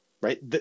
Right